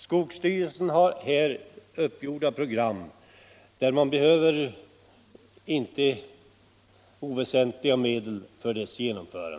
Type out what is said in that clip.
Skogsstyrelsen har gjort upp program för vilkas genomförande det behövs inte oväsentliga medel.